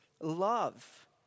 love